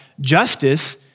justice